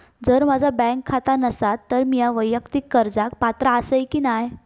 जर माझा बँक खाता नसात तर मीया वैयक्तिक कर्जाक पात्र आसय की नाय?